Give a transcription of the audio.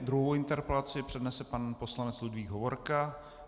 Druhou interpelaci přednese pan poslanec Ludvík Hovorka.